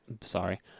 Sorry